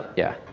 yeah.